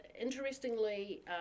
interestingly